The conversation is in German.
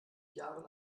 jahren